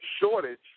shortage